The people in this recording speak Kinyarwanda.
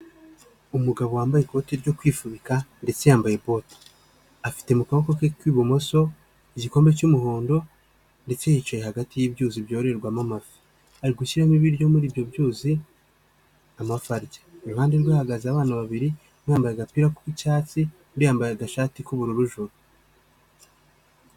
Umugabo wambaye ikoti ryo kwifubika, ndetse yambaye bote. Afite mu kaboko ke k'ibumoso igikombe cy'umuhondo, ndetse yicaye hagati y'ibyuzi byororwamo amafi. Ari gushyiramo ibiryo muri ibyo byuzi amafi arya. Iruhande rwe hahagaze abana babiri, umwe yambaye agapira k'icyatsi undi yambaye agashati k'ubururu juru.